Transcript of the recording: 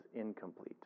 incomplete